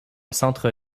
centre